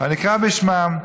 אקרא בשמם.